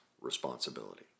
responsibility